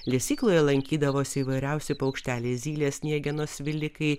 lesykloje lankydavosi įvairiausi paukšteliai zylės sniegenos svilikai